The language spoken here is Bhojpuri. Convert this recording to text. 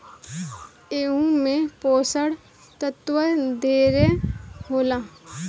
एहू मे पोषण तत्व ढेरे होला